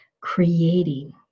creating